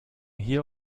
hier